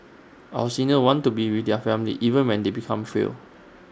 our seniors want to be with their family even when they become fail